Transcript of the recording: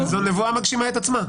זו נבואה שמגשימה את עצמה.